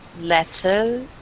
letter